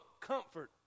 comfort